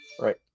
Right